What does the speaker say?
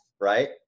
right